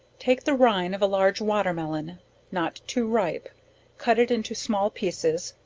take the rine of a large watermelon not too ripe cut it into small pieces,